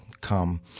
come